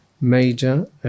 major